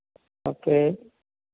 okay